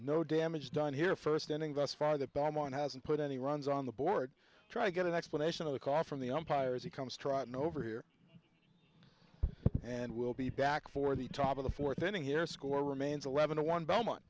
no damage done here first inning thus far the bomb on hasn't put any runs on the board try to get an explanation of the cough from the umpires he comes trotting over here and we'll be back for the top of the fourth inning here score remains eleven zero one belmont